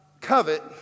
covet